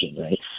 right